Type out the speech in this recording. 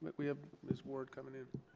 but we have ms. ward coming in.